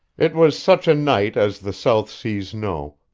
it was such a night as the south seas know,